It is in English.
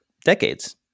decades